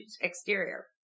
exterior